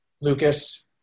Lucas